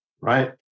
right